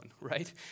right